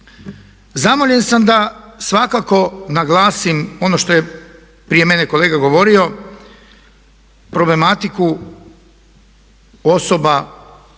zamoljen sam da svakako naglasim ono što je prije mene kolega govorio problematiku osoba